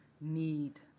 need